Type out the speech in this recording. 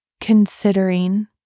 considering